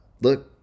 look